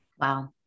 Wow